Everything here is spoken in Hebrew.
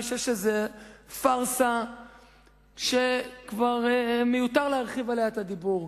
אני חושב שזה פארסה שכבר מיותר להרחיב עליה את הדיבור.